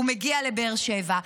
הוא מגיע לבאר שבע,